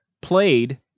Played